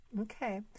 Okay